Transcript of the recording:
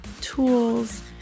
tools